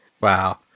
Wow